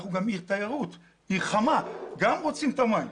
אנחנו גם עיר תיירות, עיר חמה ורוצים את המים.